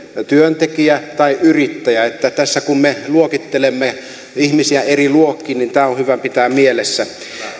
työntekijä tai yrittäjä niin että tässä kun me luokittelemme ihmisiä eri luokkiin tämä on hyvä pitää mielessä